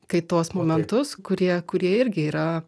kaitos momentus kurie kurie irgi yra